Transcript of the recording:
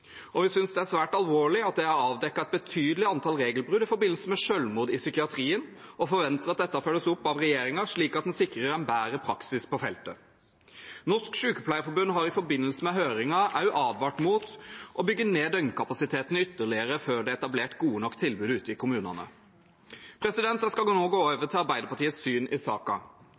Vi synes det er svært alvorlig at det er avdekket et betydelig antall regelbrudd i forbindelse med selvmord i psykiatrien, og forventer at dette følges opp av regjeringen slik at en sikrer en bedre praksis på feltet. Norsk Sykepleierforbund har i forbindelse med høringen også advart mot å bygge ned døgnkapasiteten ytterligere før det er etablert gode nok tilbud ute i kommunene. Jeg skal nå gå over til Arbeiderpartiets syn i